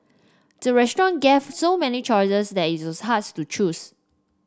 the restaurant gave so many choices that it harsh to choose